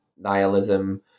nihilism